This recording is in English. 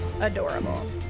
adorable